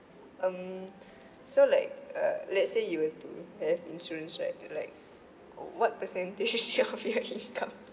um so like err let's say you were to have insurance right like what percentage is from your income